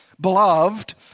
Beloved